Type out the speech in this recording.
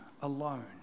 alone